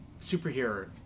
superhero